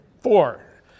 Four